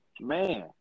man